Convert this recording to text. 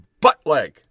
Buttleg